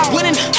Winning